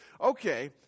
okay